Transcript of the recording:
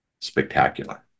spectacular